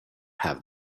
have